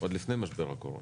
עוד לפני משבר הקורונה.